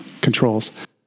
controls